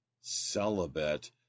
celibate